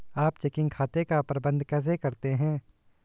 आप चेकिंग खाते का प्रबंधन कैसे करते हैं?